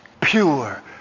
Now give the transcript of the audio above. Pure